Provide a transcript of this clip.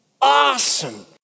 Awesome